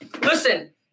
Listen